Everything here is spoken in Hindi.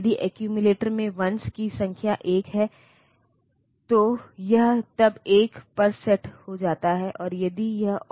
तो इस मल्टीप्लेक्स शब्द को बाद में समझेंगे लेकिन इससे एड्रेस लाइन भी मिलेगी